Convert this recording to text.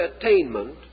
attainment